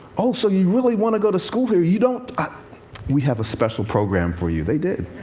oh, so you really want to go to school here? you don't? we have a special program for you. they did.